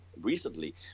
recently